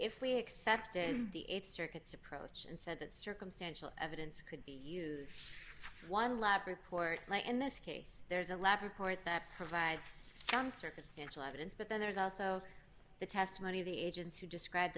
if we accept it and the it circuits approach and said that circumstantial evidence could be use one lab report in this case there's a lab report that provides circumstantial evidence but then there's also the testimony of the agents who describe